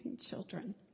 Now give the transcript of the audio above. children